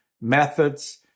methods